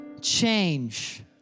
change